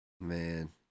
Man